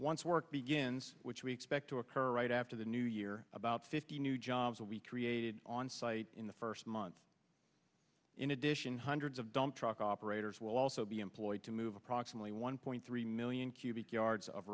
once work begins which we expect to occur right after the new year about fifty new jobs will be created on site in the first month in addition hundreds of dump truck operators will also be employed to move approximately one point three million cubic yards of